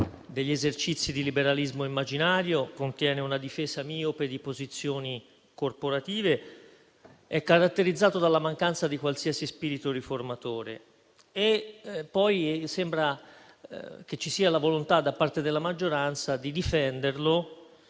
degli esercizi di liberalismo immaginario; contiene una difesa miope di posizioni corporative; è caratterizzato dalla mancanza di qualsiasi spirito riformatore. Sembra poi che ci sia la volontà da parte della maggioranza di difenderlo